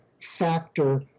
factor